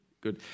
good